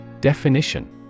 Definition